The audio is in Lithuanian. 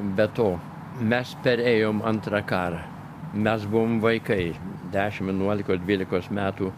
be to mes perėjom antrą karą mes buvom vaikai dešim vienuolikos dvylikos metų